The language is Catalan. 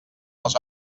les